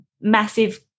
massive